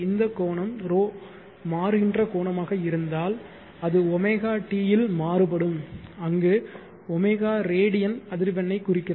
இந்த கோணம் ρ மாறுகின்ற கோணமாக இருந்தால் அது ωt இல் மாறுபடும் அங்கு ω ரேடியன் அதிர்வெண்ணைக் குறிக்கிறது